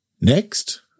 Next